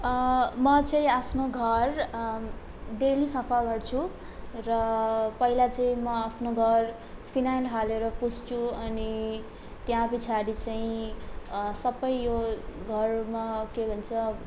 म चाहिँ आफ्नो घर डेली सफा गर्छु र पहिला चाहिँ म आफ्नो घर फिनाइल हालेर पुस्छु अनि त्यहाँ पछाडि चाहिँ सबै यो घरमा के भन्छ